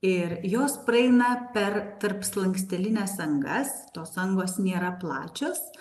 ir jos praeina per tarpslankstelines angas tos angos nėra plačios